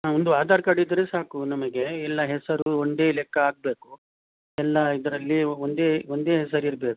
ಹಾಂ ಒಂದು ಆಧಾರ್ ಕಾರ್ಡ್ ಇದ್ದರೆ ಸಾಕು ನಮಗೆ ಇಲ್ಲ ಹೆಸರು ಒಂದೇ ಲೆಕ್ಕ ಹಾಕಬೇಕು ಎಲ್ಲ ಇದರಲ್ಲಿ ಒಂದೇ ಒಂದೇ ಹೆಸರಿರಬೇಕು